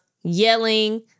yelling